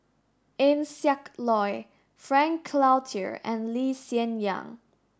Eng Siak Loy Frank Cloutier and Lee Hsien Yang